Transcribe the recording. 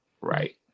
right